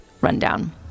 rundown